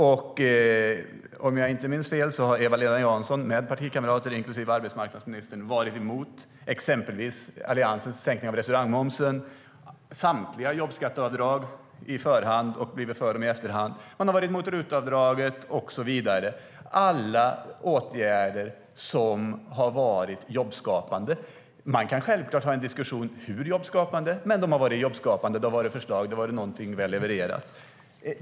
Om jag inte minns fel har Eva-Lena Jansson med partikamrater, inklusive arbetsmarknadsministern, varit emot exempelvis Alliansens sänkning av restaurangmomsen, samtliga jobbskatteavdrag - fast man blivit för dem i efterhand - RUT-avdraget och så vidare. Allt detta är åtgärder som har varit jobbskapande. Man kan självklart ha en diskussion om hur jobbskapande de har varit, men de har varit jobbskapande. Det har varit förslag, och det har varit något som vi har levererat.